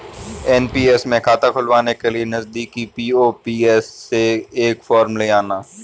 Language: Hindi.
एन.पी.एस में खाता खुलवाने के लिए नजदीकी पी.ओ.पी से एक फॉर्म ले आना